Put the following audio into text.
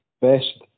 best